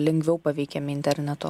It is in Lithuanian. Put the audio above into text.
lengviau paveikiami interneto